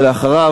ואחריו,